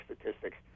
statistics